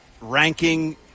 ranking